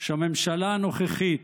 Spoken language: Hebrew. שהממשלה הנוכחית,